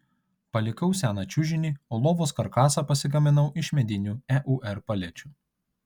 palikau seną čiužinį o lovos karkasą pasigaminau iš medinių eur palečių